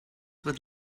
would